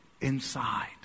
inside